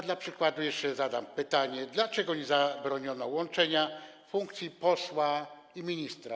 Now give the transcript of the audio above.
Dla przykładu jeszcze zadam pytanie: Dlaczego nie zabroniono łączenia funkcji posła i ministra?